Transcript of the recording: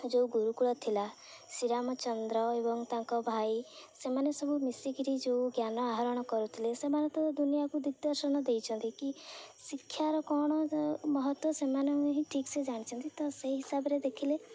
ଯେଉଁ ଗୁରୁକୁଳ ଥିଲା ଶ୍ରୀରାମଚନ୍ଦ୍ର ଏବଂ ତାଙ୍କ ଭାଇ ସେମାନେ ସବୁ ମିଶିକିରି ଯେଉଁ ଜ୍ଞାନ ଆହରଣ କରୁଥିଲେ ସେମାନେ ତ ଦୁନିଆକୁ ଦିଗ୍ଦର୍ଶନ ଦେଇଛନ୍ତି କି ଶିକ୍ଷାର କ'ଣ ମହତ୍ୱ ସେମାନେ ହିଁ ଠିକ୍ ସେ ଜାଣିଛନ୍ତି ତ ସେ ହିସାବରେ ଦେଖିଲେ